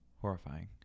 Horrifying